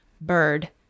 bird